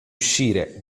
uscire